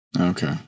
Okay